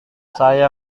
saya